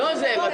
לא, זאב.